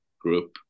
group